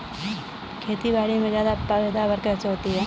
खेतीबाड़ी में ज्यादा पैदावार कैसे होती है?